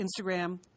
Instagram